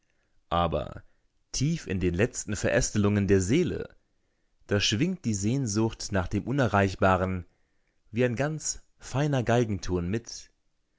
aber tief in den letzten verästelungen der seele da schwingt die sehnsucht nach dem unerreichbaren wie ein ganz feiner geigenton mit